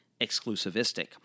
exclusivistic